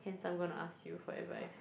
hence I'm gonna ask you for advice